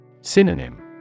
Synonym